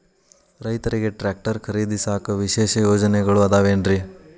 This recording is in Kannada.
ರೈತರಿಗೆ ಟ್ರ್ಯಾಕ್ಟರ್ ಖರೇದಿಸಾಕ ವಿಶೇಷ ಯೋಜನೆಗಳು ಅದಾವೇನ್ರಿ?